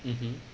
mmhmm